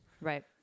right